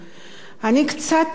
אני קצת מודאגת,